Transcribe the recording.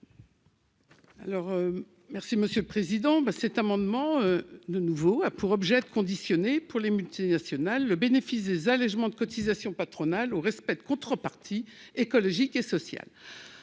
merci Monsieur le Président, ben, cet amendement, de nouveau, a pour objet de conditionner pour les multinationales, le bénéfice des allégements de cotisations patronales au respect de contreparties écologique et sociale